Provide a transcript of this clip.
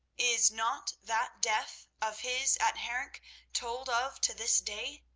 is not that death of his at harenc told of to this day?